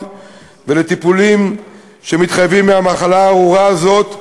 ולטיפולים שמתחייבים מהמחלה הארורה הזאת.